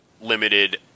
limited